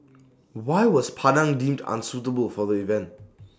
why was Padang deemed unsuitable for the event